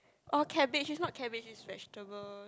oh cabbage is not cabbage is vegetable